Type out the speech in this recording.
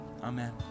Amen